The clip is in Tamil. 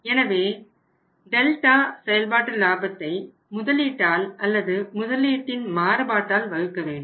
எனவே டெல்டா செயல்பாட்டு லாபத்தை முதலீட்டால் அல்லது முதலீட்டின் மாறுபாட்டால் வகுக்க வேண்டும்